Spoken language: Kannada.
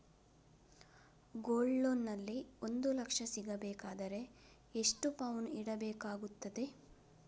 ಗೋಲ್ಡ್ ಲೋನ್ ನಲ್ಲಿ ಒಂದು ಲಕ್ಷ ಸಿಗಬೇಕಾದರೆ ಎಷ್ಟು ಪೌನು ಇಡಬೇಕಾಗುತ್ತದೆ?